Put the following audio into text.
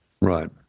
Right